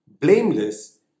blameless